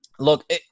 Look